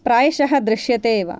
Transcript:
प्रायशः दृश्यते एव